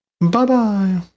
bye-bye